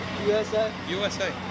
USA